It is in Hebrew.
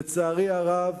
לצערי הרב,